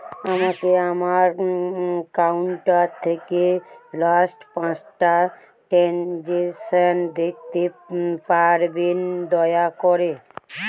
আমাকে আমার অ্যাকাউন্ট থেকে লাস্ট পাঁচটা ট্রানজেকশন দেখাতে পারবেন দয়া করে